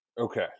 Okay